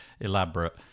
elaborate